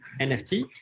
NFT